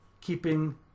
keeping